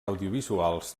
audiovisuals